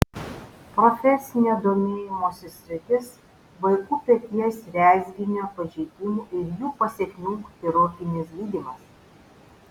profesinio domėjimosi sritis vaikų peties rezginio pažeidimų ir jų pasekmių chirurginis gydymas